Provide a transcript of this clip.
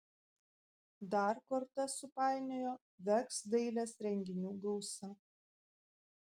dar kortas supainiojo veks dailės renginių gausa